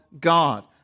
God